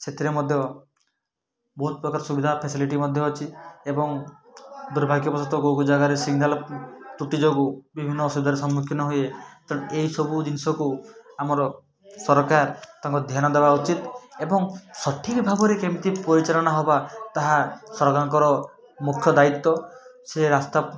ସେଥିରେ ମଧ୍ୟ ବହୁତ ପ୍ରକାର ସୁବିଧା ଫେସିଲିଟି ମଧ୍ୟ ଅଛି ଏବଂ ଦୁର୍ଭାଗ୍ୟବଶତଃ କେଉଁ କେଉଁ ଜାଗାରେ ସିଗନାଲ୍ ତୃଟି ଯୋଗୁ ବିଭିନ୍ନ ଅସୁବିଧାରେ ସମ୍ମୁଖୀନ୍ନ ହୁଏ ତ ଏଇସବୁ ଜିନିଷକୁ ଆମର ସରକାର ତାଙ୍କ ଧ୍ୟାନ ଦବା ଉଚିତ୍ ଏବଂ ସଠିକ୍ ଭାବରେ କେମିତି ପରିଚାଳନା ହବା ତାହା ସରକାରଙ୍କର ମୁଖ୍ୟ ଦାୟିତ୍ଵ ସେ ରାସ୍ତା